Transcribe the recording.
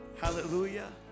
Hallelujah